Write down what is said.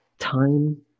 Time